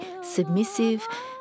submissive